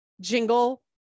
jingle